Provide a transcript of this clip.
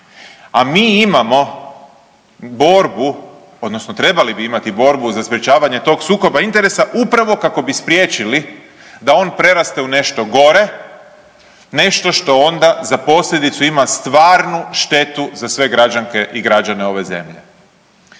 A mi imamo borbu odnosno trebali bi imati borbu za sprječavanje tog sukoba interesa upravo kako bi spriječili da on preraste u nešto gore, nešto što onda za posljedicu ima stvarnu štetu za sve građanke i građane ove zemlje.